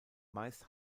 meist